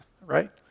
right